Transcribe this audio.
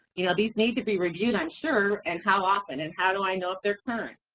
you know, these need to be reviewed, i'm sure, and how often, and how do i know if they're current?